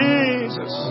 Jesus